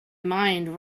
mind